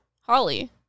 Holly